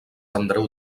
andreu